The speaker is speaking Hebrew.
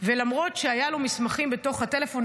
ולמרות שהיו לו מסמכים בתוך הטלפון,